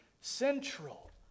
central